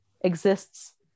exists